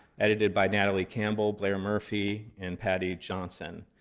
edited by natalie campbell, blair murphy, and paddy johnson.